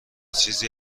چیزی